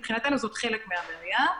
מבחינתנו זה חלק מהמניעה,